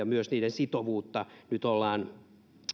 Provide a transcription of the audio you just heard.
myös niiden sitovuutta nyt ollaan